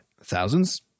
thousands